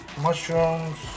mushrooms